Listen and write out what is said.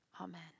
Amen